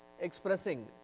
expressing